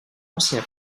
ancien